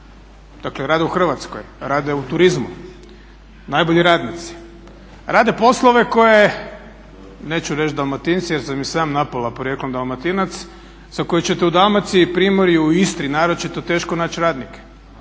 Dakle, rade u Hrvatskoj, rade u turizmu, najbolji radnici. Rade poslove koje neću reći Dalmatinci jer sam i sam napola porijeklom Dalmatinac za koje ćete u Dalmaciji, Primorju i Istri naročito teško naći radnike.